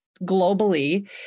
globally